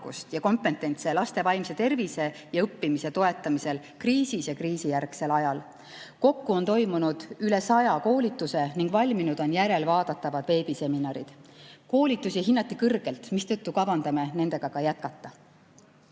ja kompetentsi laste vaimse tervise ja õppimise toetamisel kriisis ja kriisijärgsel ajal. Kokku on toimunud üle 100 koolituse ning valminud on järelvaadatavad veebiseminarid. Koolitusi hinnati kõrgelt, mistõttu kavandame neid jätkata.